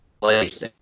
place